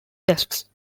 tests